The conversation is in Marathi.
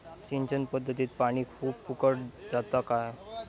सिंचन पध्दतीत पानी खूप फुकट जाता काय?